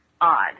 odd